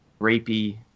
rapey